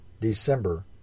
December